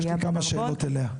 יש לי כמה שאלות אליה.